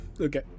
Okay